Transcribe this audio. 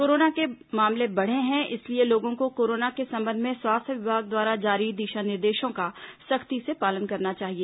corona के मामले बढ़े हैं इसलिए लोगों को कोरोना के संबंध में स्वास्थ्य विभाग द्वारा जारी दिशा निर्देशों का सख्ती से पालन करना चाहिए